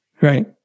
Right